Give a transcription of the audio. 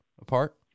apart